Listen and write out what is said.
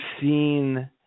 seen